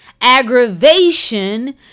Aggravation